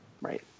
Right